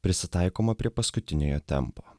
prisitaikoma prie paskutiniojo tempo